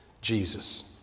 Jesus